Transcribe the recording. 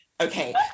Okay